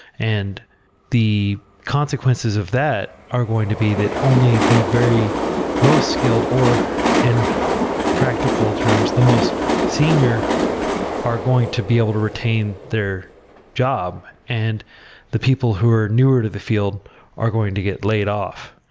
and the consequences of that are going to be that only the very most skilled, or in practical terms, the most senior are going to be able to retain their job and the people who are newer to the field are going to get laid off.